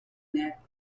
neck